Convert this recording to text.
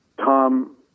Tom